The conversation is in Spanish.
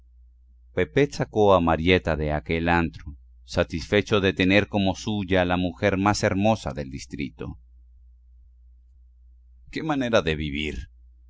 pepet sacó a marieta de aquel antro satisfecho de tener como suya la mujer más hermosa del distrito qué manera de vivir